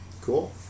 Cool